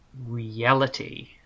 reality